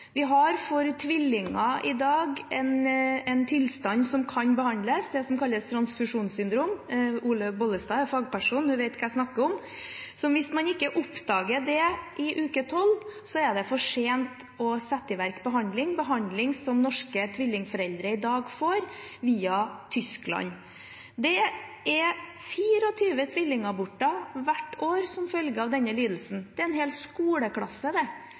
Vi har for tvillinger i dag en tilstand som kan behandles, det som kalles transfusjonssyndrom – Olaug V. Bollestad er fagperson, hun vet hva jeg snakker om. Hvis man ikke oppdager det i uke 12, er det for sent å sette i verk behandling, en behandling som norske tvillingforeldre i dag får via Tyskland. Det er 24 tvillingaborter hvert år som følge av denne lidelsen. Det er en hel skoleklasse. Det